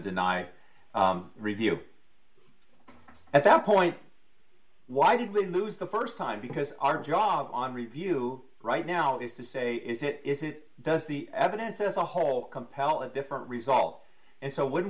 deny review at that point why did we lose the st time because our job on review right now is to say is it is it does the evidence as a whole compel a different result and so when